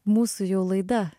mūsų jau laida